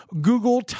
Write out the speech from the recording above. Google